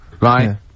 Right